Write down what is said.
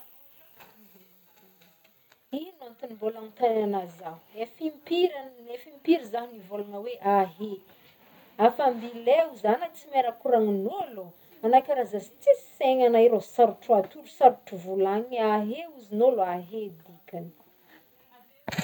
Ino antogny mbôla agnotagniagnao zaho, efa impiry aho- efa impiry zaho nivolagna hoe ah he afa ambile hoy za agna ma tsy me raha koragnogn'olo agna i karaha zaza tsisy saigny anga i rô sarotro atoro, sarotro volagnigny e, ahe ozy gn'olo, ahe dikany.